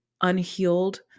unhealed